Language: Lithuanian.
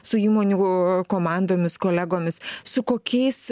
su įmonių komandomis kolegomis su kokiais